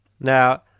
Now